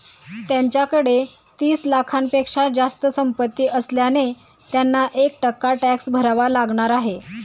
त्यांच्याकडे तीस लाखांपेक्षा जास्त संपत्ती असल्याने त्यांना एक टक्का टॅक्स भरावा लागणार आहे